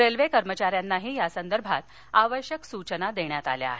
railway कर्मचाऱ्यांनाही या संदर्भात आवश्यक सूचना देण्यात आल्या आहेत